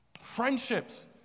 friendships